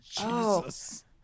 Jesus